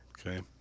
Okay